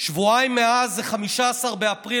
שבועיים מאז זה 15 באפריל.